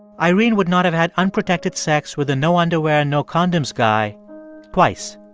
irene would not have had unprotected sex with the no underwear, no condoms guy twice.